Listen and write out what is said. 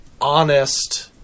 honest